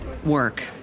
Work